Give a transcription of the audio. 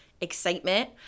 Excitement